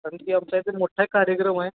कारण की आमच्या इथे मोठा कार्यक्रम आहे